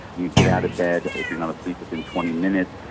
you get out of bed if you are not asleep within twenty minutes.